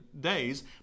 days